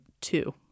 two